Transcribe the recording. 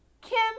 Kim